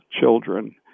children